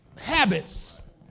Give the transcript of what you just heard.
habits